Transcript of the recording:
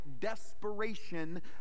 desperation